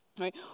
right